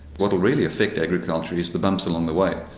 what will really effect agriculture is the bumps along the way.